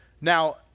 Now